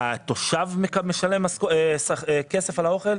התושב משלם כסף על האוכל?